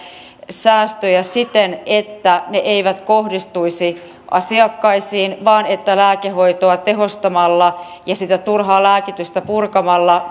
säästöjä siten että ne eivät kohdistuisi asiakkaisiin vaan että lääkehoitoa tehostamalla ja sitä turhaa lääkitystä purkamalla